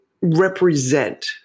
represent